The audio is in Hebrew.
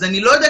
אז אני לא יודע,